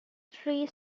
three